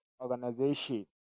organization